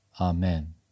Amen